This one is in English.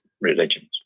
Religions